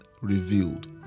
revealed